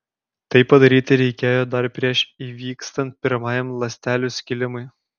tai padaryti reikėjo dar prieš įvykstant pirmajam ląstelių skilimui